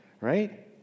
right